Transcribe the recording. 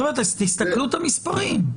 חבר'ה, תסתכלו על המספרים.